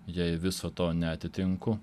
jei viso to neatitinku